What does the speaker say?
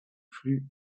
flux